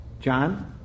John